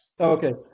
Okay